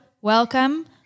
welcome